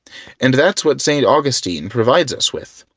and that's what st. augustine provides us with.